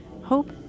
Hope